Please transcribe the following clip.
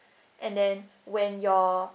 and then when your